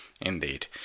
indeed